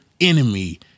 enemy